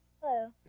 Hello